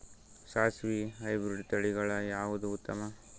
ಸಾಸಿವಿ ಹೈಬ್ರಿಡ್ ತಳಿಗಳ ಯಾವದು ಉತ್ತಮ?